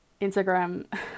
Instagram